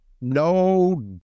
No